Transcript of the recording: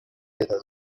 leta